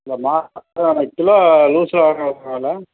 இல்லை நான் கிலோ லூசுல வாங்கினா எவ்வளவு வில